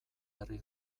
herri